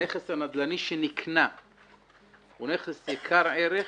הנכס הנדל"ני שנקנה הוא נכס יקר ערך.